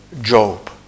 Job